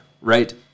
right